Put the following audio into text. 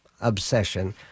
obsession